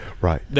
Right